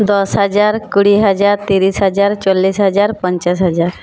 দশ হাজার কুড়ি হাজার তিরিশ হাজার চল্লিশ হাজার পঞ্চাশ হাজার